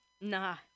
Nah